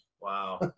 wow